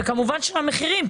וכמובן של המחירים,